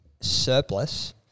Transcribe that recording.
surplus